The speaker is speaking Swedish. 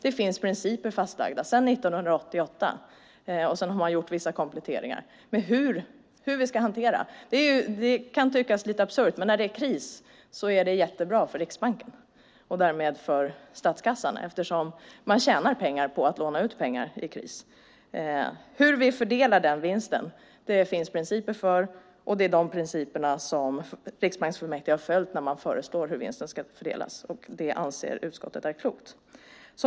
Det finns principer fastlagda sedan 1998 och det har sedan gjorts vissa kompletteringar när det gäller hur vinsten ska disponeras. Det kan tyckas lite absurt, men när det är kris är det jättebra för Riksbanken och därmed för statskassan, eftersom man tjänar pengar på att låna ut pengar i kris. Hur vi fördelar den vinsten finns det principer för. Det är dessa principer som riksbanksfullmäktige har följt när man föreslagit hur vinsten ska fördelas, och det anser utskottet är klokt.